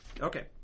Okay